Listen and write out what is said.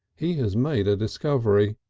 he has made a discovery.